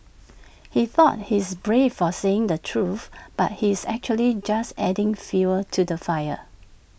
he thought he's brave for saying the truth but he's actually just adding fuel to the fire